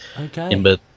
Okay